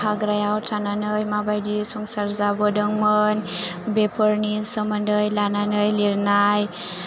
हाग्रायाव थानानै माबायदि संसार जाबोदोंमोन बेफोरनि सोमोन्दै लानानै लिरनाय